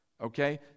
okay